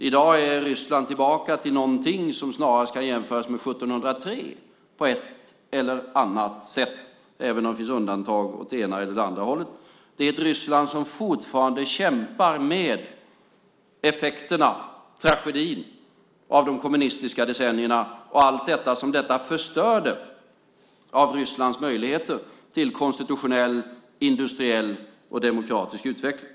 I dag är Ryssland tillbaka till någonting som snarast kan jämföras med 1703 på ett eller annat sätt, även om det finns undantag åt det ena eller det andra hållet. Det är ett Ryssland som fortfarande kämpar med effekterna, tragedin, av de kommunistiska decennierna och allt som detta förstörde av Rysslands möjligheter till konstitutionell, industriell och demokratisk utveckling.